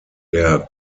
der